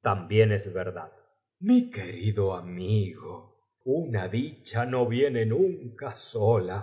también es verdad mi querido amigo uoa dicha no vie ne nunca sola